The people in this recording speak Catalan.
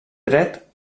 dret